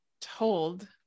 told